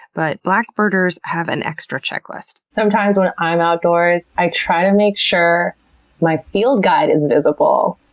but black birders have an extra checklist. sometimes when i'm outdoors i try to make sure my field guide is visible,